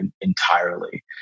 entirely